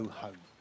home